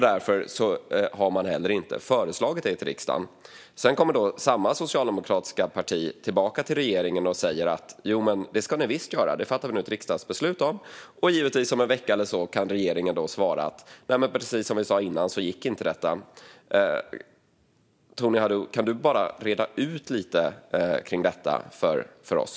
Därför har man heller inte föreslagit detta för riksdagen. Sedan kommer samma socialdemokratiska parti tillbaka till regeringen och säger att det ska man visst göra och att det nu fattas ett riksdagsbeslut om det. Och om en vecka kan regeringen givetvis svara: "Precis som vi sa tidigare går det inte." Kan du, Tony Haddou, reda ut detta lite för oss?